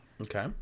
Okay